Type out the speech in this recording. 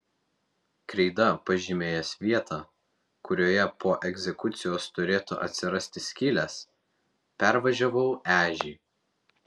kreida pažymėjęs vietą kurioje po egzekucijos turėtų atsirasti skylės pervažiavau ežį